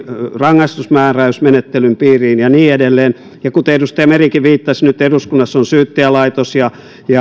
rangaistusmääräysmenettelyn piiriin ja niin edelleen ja kuten edustaja merikin viittasi nyt eduskunnassa on syyttäjälaitosta ja